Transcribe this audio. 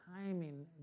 timing